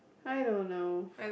I don't know